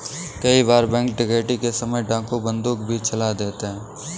कई बार बैंक डकैती के समय डाकू बंदूक भी चला देते हैं